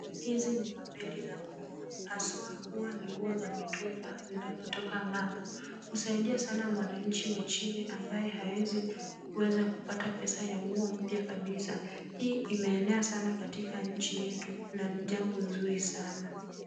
Hizi ni mabeli za nguo haswa huwa ni nguo za mitumba zinazotoka ng'ambo. Husaidia sana mwananchi wa chini ambaye hawezi kuweza kupata pesa ya nguo mpya kabisa. Hii imeenea sana katika nchi yetu na ni jambo mzuri sana.